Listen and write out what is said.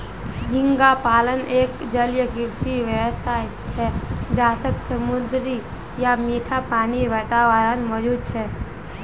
झींगा पालन एक जलीय कृषि व्यवसाय छे जहाक समुद्री या मीठा पानीर वातावरणत मौजूद छे